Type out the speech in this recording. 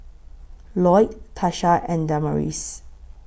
Loyd Tasha and Damaris